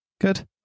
Good